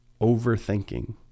overthinking